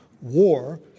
war